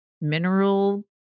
mineral